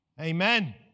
Amen